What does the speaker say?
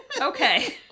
Okay